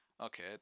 okay